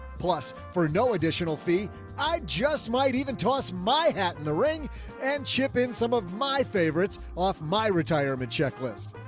plus for no additional fee i just might even toss my hat in the ring and chip in some of my favorites off my retirement checklist.